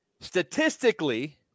Statistically